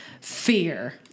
Fear